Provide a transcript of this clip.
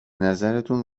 نظرتون